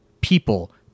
people